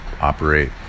operate